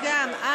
גם.